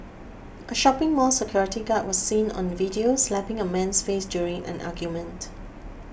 a shopping mall security guard was seen on video slapping a man's face during an argument